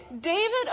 David